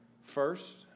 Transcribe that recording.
First